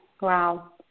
Wow